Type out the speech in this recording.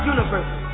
universe